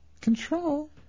Control